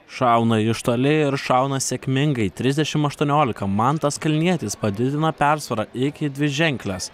šauna iš toli ir šauna sėkmingai trisdešimt aštuoniolika mantas kalnietis padidina persvarą iki dviženklės